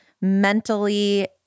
mentally